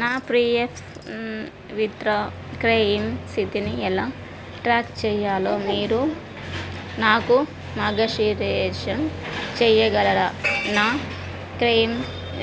నా PF withdraw claim స్థితిని ఎలా ట్రాక్ చేయాలో మీరు నాకు మార్గనిర్దేశం చేయగలరా నా క్లెయిం